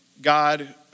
God